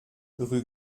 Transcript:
rue